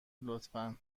لطفا